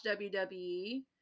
WWE